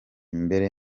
mbere